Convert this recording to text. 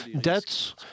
Debts